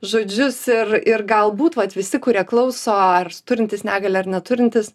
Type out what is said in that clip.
žodžius ir ir galbūt vat visi kurie klauso ar turintys negalią ar neturintys